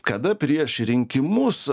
kada prieš rinkimus